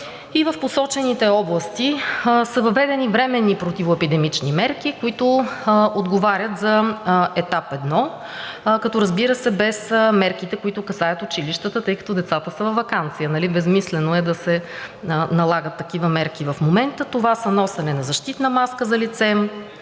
В посочените области са въведени временни противоепидемични мерки, които отговарят за етап 1, разбира се, без мерките, които касаят училищата, тъй като децата са във ваканция. Безсмислено е да се налагат такива мерки в момента. Това са носене на защитна маска за лице